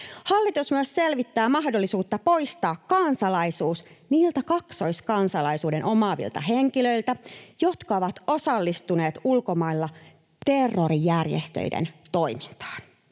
Hallitus myös selvittää mahdollisuutta poistaa kansalaisuus niiltä kaksoiskansalaisuuden omaavilta henkilöiltä, jotka ovat osallistuneet ulkomailla terrorijärjestöjen toimintaan.